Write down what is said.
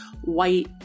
white